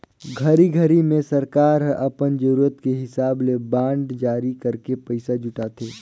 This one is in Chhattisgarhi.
घरी घरी मे सरकार हर अपन जरूरत के हिसाब ले बांड जारी करके पइसा जुटाथे